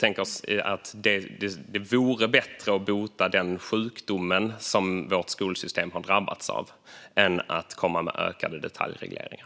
Det vore bättre att bota den sjukdom som vårt skolsystem har drabbats av än att komma med ökade detaljregleringar.